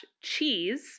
cheese